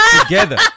Together